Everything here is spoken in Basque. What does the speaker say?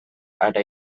hara